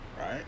right